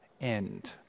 end